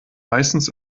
meistens